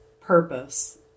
purpose